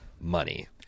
money